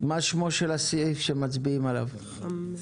מי